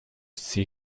see